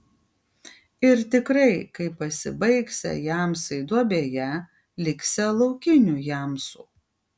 ir tikrai kai pasibaigsią jamsai duobėje liksią laukinių jamsų